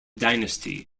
dynasty